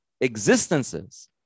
existences